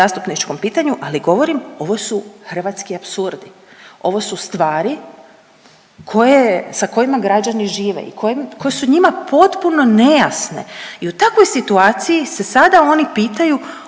zastupničkom pitanju ali govorim ovo su hrvatski apsurdi, ovo su stvari sa kojima građani žive i koje su njima potpuno nejasne. I u takvoj situaciji se sada oni pitaju